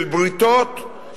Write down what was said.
של בריתות,